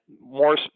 more